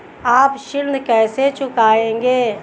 आप ऋण कैसे चुकाएंगे?